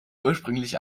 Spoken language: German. ursprünglich